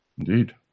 Indeed